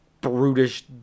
brutish